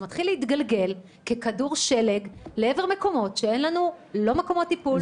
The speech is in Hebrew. זה מתחיל להתגלגל ככדור שלג לעבר מקומות שאין לנו לא מקומות טיפול,